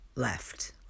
left